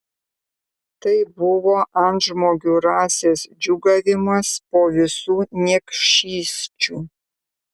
tai buvo antžmogių rasės džiūgavimas po visų niekšysčių